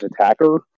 attacker